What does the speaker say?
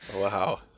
Wow